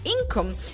income